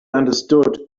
understood